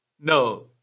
No